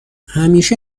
همیشه